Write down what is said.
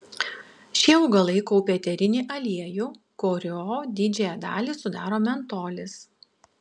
šie augalai kaupia eterinį aliejų kurio didžiąją dalį sudaro mentolis